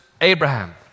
Abraham